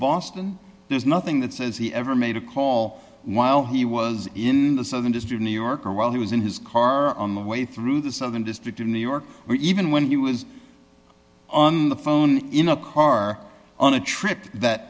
boston there's nothing that says he ever made a call while he was in the southern district new york and while he was in his car on the way through the southern district of new york or even when he was on the phone in a car on a trip that